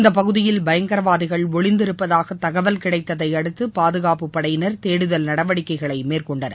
இந்த பகுதியில் பயங்கரவாதிகள் ஒளிந்திருப்பதாக தகவல் கிடைத்ததை அடுத்து பாதுகாப்பு படையினர் தேடுதல் நடவடிக்கைகளை மேற்கொண்டனர்